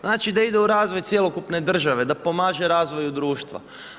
Znači da idu u razvoj cjelokupne države, da pomaže razvoju društva.